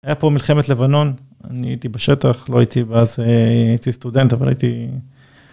היה פה מלחמת לבנון, אני הייתי בשטח, לא הייתי, ואז הייתי סטודנט, אבל הייתי...